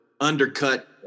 undercut